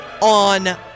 on